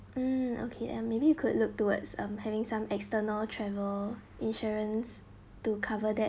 mm okay maybe you could look towards a having some external travel insurance to cover that